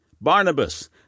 Barnabas